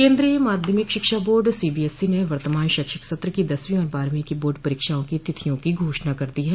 केन्द्रीय माध्यमिक शिक्षा बोर्ड सीबीएसई ने वर्तमान शैक्षिक सत्र की दसवीं और बारहवीं की बोर्ड परीक्षाओं की तिथियों की घोषणा कर दी है